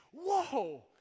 Whoa